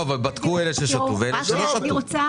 בדקו את אלה ששתו ואת אלה שלא שתו.